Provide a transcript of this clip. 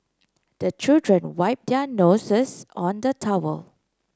the children wipe their noses on the towel